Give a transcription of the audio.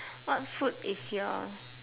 what food is your